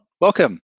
welcome